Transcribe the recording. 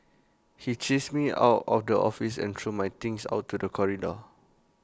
he chased me out of the office and threw my things out to the corridor